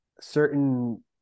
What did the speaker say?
certain